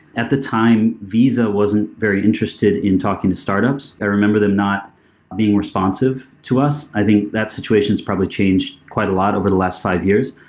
at the time, visa wasn't very interested in talking to startups. i remember them not being responsive to us. i think that situation has probably changed quite a lot over the last five years,